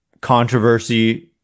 controversy